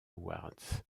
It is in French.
awards